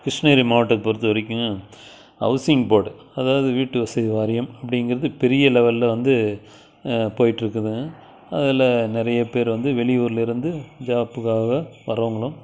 கிருஷ்ணகிரி மாவட்டத்தை பொறுத்தவரைக்கும் housing board அதாவது வீட்டு வசதி வாரியம் அப்படிங்கிறது பெரிய லெவலில் வந்து போயிட்டு இருக்குதுங்க அதில் நிறைய பேர் வந்த வெளியூரில் இருந்து ஜாப்புக்காக வர்றவங்களும்